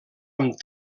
amb